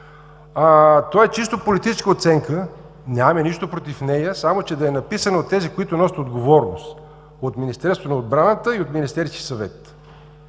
То е чисто политическа оценка. Нямаме нищо против нея, само че да е написана от тези, които носят отговорност – от Министерството на отбраната и от Министерския съвет,